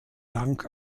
dank